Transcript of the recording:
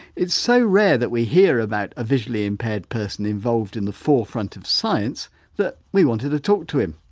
it's so rare that we hear about a visually impaired person involved in the forefront of science that we wanted to talk to him.